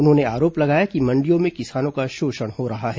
उन्होंने आरोप लगाया कि मंडियो में किसानों का शोषण हो रहा है